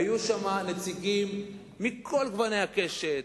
היו שם נציגים מכל גוני הקשת,